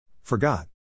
Forgot